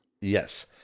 Yes